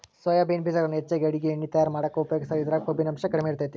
soybean ಬೇಜಗಳನ್ನ ಹೆಚ್ಚಾಗಿ ಅಡುಗಿ ಎಣ್ಣಿ ತಯಾರ್ ಮಾಡಾಕ ಉಪಯೋಗಸ್ತಾರ, ಇದ್ರಾಗ ಕೊಬ್ಬಿನಾಂಶ ಕಡಿಮೆ ಇರತೇತಿ